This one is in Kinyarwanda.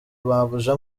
mabuja